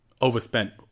overspent